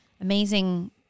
amazing –